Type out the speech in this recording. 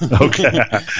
Okay